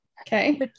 Okay